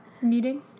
Meeting